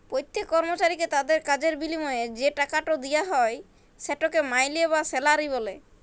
প্যত্তেক কর্মচারীকে তাদের কাজের বিলিময়ে যে টাকাট দিয়া হ্যয় সেটকে মাইলে বা স্যালারি ব্যলে